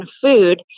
food